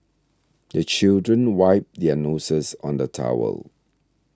the children wipe their noses on the towel